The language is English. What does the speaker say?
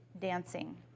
dancing